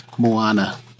Moana